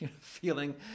feeling